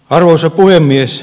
arvoisa puhemies